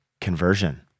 conversion